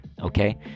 okay